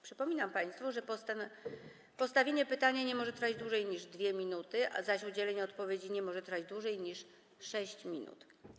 Przypominam państwu, że postawienie pytania nie może trwać dłużej niż 2 minuty, zaś udzielenie odpowiedzi nie może trwać dłużej niż 6 minut.